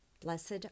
Blessed